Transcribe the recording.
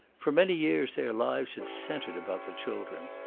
for many years their lives had centered about the children.